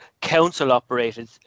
council-operated